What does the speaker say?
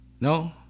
No